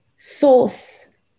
source